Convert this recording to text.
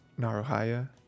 Naruhaya